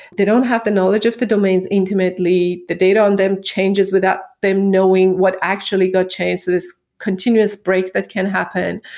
they don't have the knowledge of the domains intimately. the data on them changes without them knowing what actually got changes continuous break that can happen.